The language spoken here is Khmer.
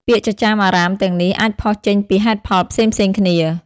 ពាក្យចចាមអារ៉ាមទាំងនេះ អាចផុសចេញពីហេតុផលផ្សេងៗគ្នា។